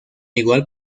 igual